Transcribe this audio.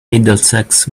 middlesex